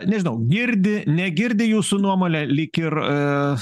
nežinau girdi negirdi jūsų nuomone lyg ir